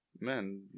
man